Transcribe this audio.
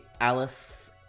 Alice